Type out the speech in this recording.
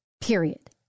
Period